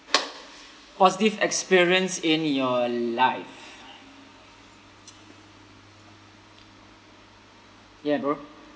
positive experience in your life ya bro